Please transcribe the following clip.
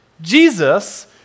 Jesus